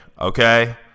okay